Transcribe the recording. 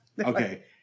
Okay